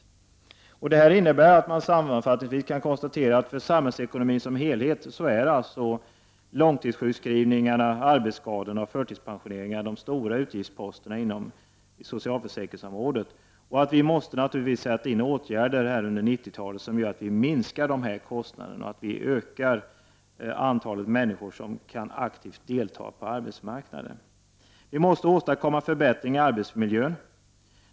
För samhällsekonomin som helhet kan man sammanfattningsvis konstatera att långtidssjukskrivningarna, arbetsskadorna och förtidspensioneringarna är de stora utgiftsposterna på socialförsäkringsområdet. Vi måste naturligtvis sätta in åtgärder under 90-talet som gör att vi minskar dessa kostnader och ökar antalet människor som aktivt kan delta på arbetsmarknaden. Vi måste åstadkomma förbättringar i arbetsmiljön.